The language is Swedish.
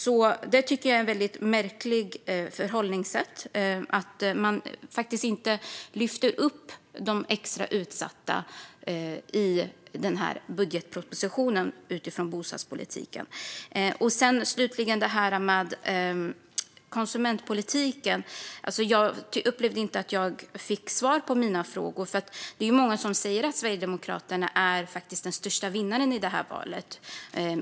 Jag tycker att det är ett väldigt märkligt förhållningssätt att man faktiskt inte lyfter fram de extra utsatta i denna budgetproposition när det gäller bostadspolitiken. När det gäller konsumentpolitiken upplevde jag inte att jag fick svar på mina frågor. Det är många som säger att Sverigedemokraterna är den största vinnaren i detta val.